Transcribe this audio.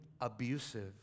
abusive